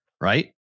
right